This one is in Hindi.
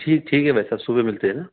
थी ठीक है भाई साहब सुबह मिलते हैं है ना